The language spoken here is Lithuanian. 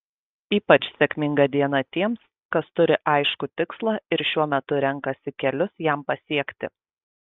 ypač sėkminga diena tiems kas turi aiškų tikslą ir šiuo metu renkasi kelius jam pasiekti